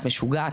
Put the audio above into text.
את משוגעת?